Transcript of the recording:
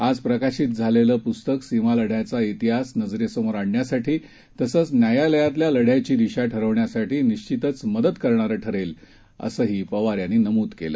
आजप्रकाशितझालेलंपुस्तकसीमालढ्याचातिहासनजरेसमोरआणण्यासाठी तसंचन्यायालयातल्यालढ्याचीदिशाठरवण्यासाठीनिश्चितचमदतकरणारंठरेलअसंहीपवारयांनीनमूदकेलं